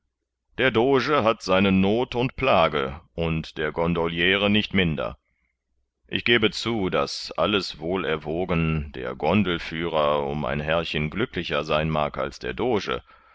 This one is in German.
der doge hat seine noth und plage und der gondoliere nicht minder ich gebe zu daß alles wohl erwogen der gondelführer um ein härchen glücklicher sein mag als der doge